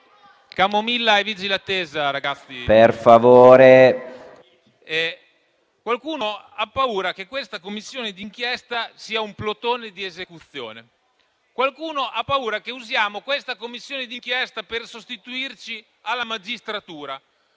Qualcuno ha paura che questa Commissione d'inchiesta sia un plotone di esecuzione. Qualcuno ha paura che useremo questa Commissione d'inchiesta per sostituirci alla magistratura.